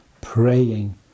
praying